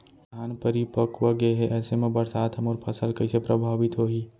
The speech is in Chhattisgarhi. धान परिपक्व गेहे ऐसे म बरसात ह मोर फसल कइसे प्रभावित होही?